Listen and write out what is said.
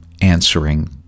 answering